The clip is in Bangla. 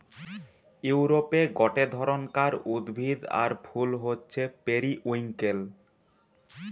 ইউরোপে গটে ধরণকার উদ্ভিদ আর ফুল হচ্ছে পেরিউইঙ্কেল